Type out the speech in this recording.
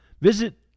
Visit